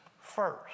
first